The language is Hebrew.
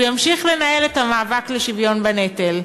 ימשיך לנהל את המאבק לשוויון בנטל.